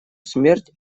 смерть